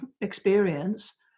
experience